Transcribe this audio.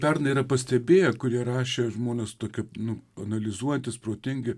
pernai yra pastebėję kurie rašė žmonės tokie nu analizuojantys protingi